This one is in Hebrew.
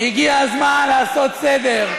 הגיע הזמן לעשות סדר.